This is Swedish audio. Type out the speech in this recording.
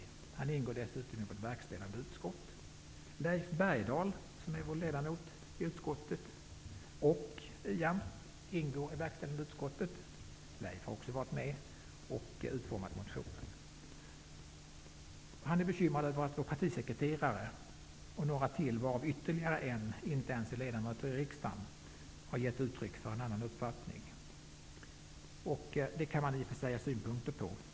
Dessutom ingår han i vårt verkställande utskott. Vår ledamot i utskottet, Leif Bergdahl, och Ian ingår i verkställande utskottet. Leif har också varit med och utformat motionen. Han är bekymrad över att vår partisekreterare och några till, varav ytterligare en inte ens är ledamot i riksdagen, har gett uttryck för en annan uppfattning. Det kan man i och för sig ha synpunkter på.